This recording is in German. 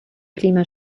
klima